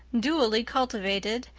duly cultivated,